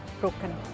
broken